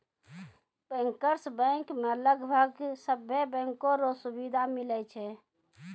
bankers bank मे लगभग सभे बैंको रो सुविधा मिलै छै